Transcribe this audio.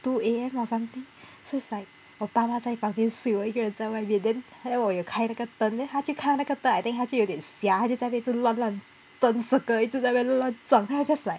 two A_M or something so it's like 我爸妈在房间睡我一个人在外面 then 还有我开了个灯 then 它去看那个灯 I think 它就有点瞎它就在那边乱乱 turn circle 一直在那边乱乱撞它 just like